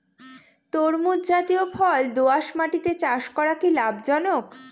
তরমুজ জাতিয় ফল দোঁয়াশ মাটিতে চাষ করা কি লাভজনক?